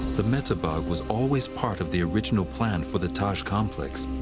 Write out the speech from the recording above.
the mehtab bagh was always part of the original plan for the taj complex.